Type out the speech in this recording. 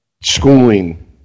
schooling